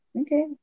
Okay